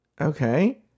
Okay